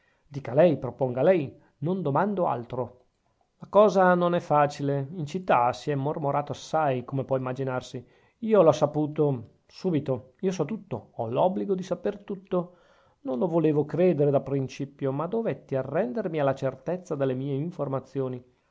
dica lei proponga lei non domando altro la cosa non è facile in città si è mormorato assai come può immaginarsi io l'ho saputo subito io so tutto ho l'obbligo di saper tutto non lo volevo credere da principio ma dovetti arrendermi alla certezza delle mie informazioni